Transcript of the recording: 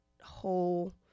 whole